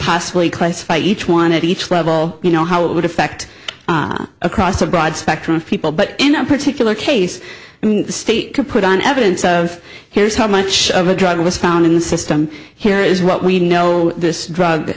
possibly quest by each one at each level you know how it would affect across a broad spectrum of people but in a particular case the state can put on evidence of here's how much of a drug was found in the system here is what we know this drug